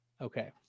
okay